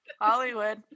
hollywood